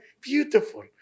Beautiful